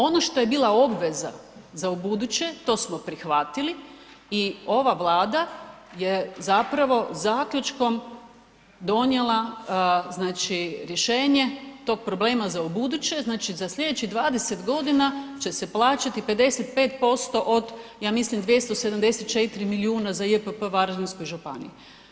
Ono što je bila obveza za ubuduće, to smo prihvatili i ova Vlada je zapravo zaključkom donijela znači rješenje tog problema za ubuduće, znači za sljedećih 20 godina će se plaćati 55% od ja mislim 274 milijuna za JPP Varaždinskoj županiji.